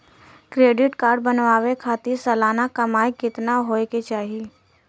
Credit card बनवावे खातिर सालाना कमाई कितना होए के चाही?